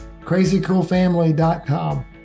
crazycoolfamily.com